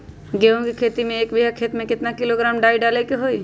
गेहूं के खेती में एक बीघा खेत में केतना किलोग्राम डाई डाले के होई?